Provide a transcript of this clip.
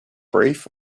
brief